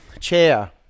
chair